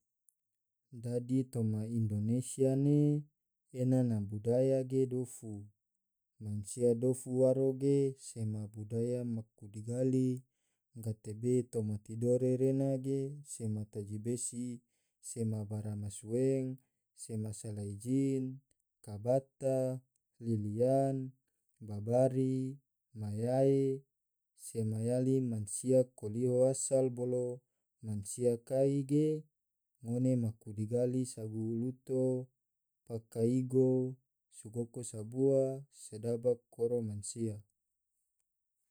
Dadi toma indonesia ne, ena na budaya ge dofu, mansia dofu waro ge sema budaya maku digali gatebe toma tidore re na ge sema taji besi, sema baramasuen, sema salai jin, kabata, liliyan, babari, mayae, sema yali mansia koliho asal bolo mansia kai ge ngone maku digali saguluto, paka igo, sugoko sabua, sodaba koro mansia